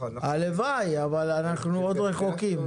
הלוואי אבל אנחנו עוד רחוקים.